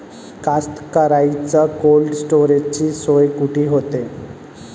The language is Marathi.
कास्तकाराइच्या कोल्ड स्टोरेजची सोय कुटी होते?